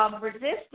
resistance